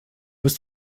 bist